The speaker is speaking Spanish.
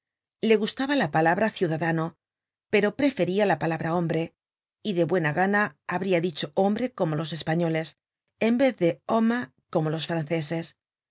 le gustaba la palabra ciudadano pero preferia la palabra hombre y de buena gana habria dicho hombre como los españoles en vez de homme como los franceses